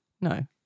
No